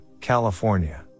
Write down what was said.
California